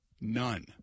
None